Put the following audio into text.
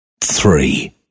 three